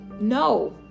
No